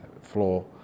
floor